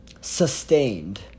Sustained